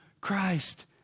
Christ